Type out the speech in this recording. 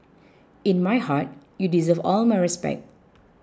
in my heart you deserve all my respect